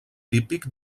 típic